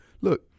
Look